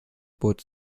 boot